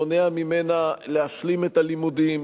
מונע ממנה להשלים את הלימודים,